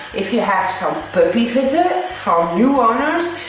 if you have some puppy visits from new owners.